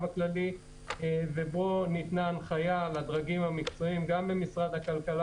הכללי ובו ניתנה הנחיה לדרגים המקצועיים גם במשרד הכלכלה